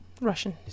Russian